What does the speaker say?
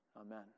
amen